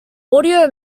audio